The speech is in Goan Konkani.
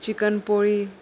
चिकन पोळी